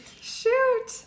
Shoot